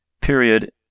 period